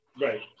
Right